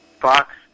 Fox